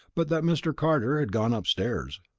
but that mr. carter had gone upstairs.